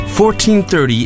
1430